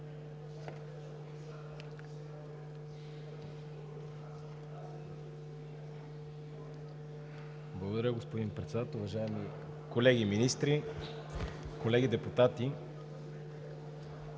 Благодаря, господин Председател. Уважаеми колеги министри, колеги депутати!